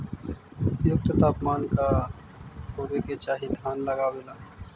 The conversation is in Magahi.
उपयुक्त तापमान का होबे के चाही धान लगावे ला?